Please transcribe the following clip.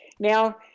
Now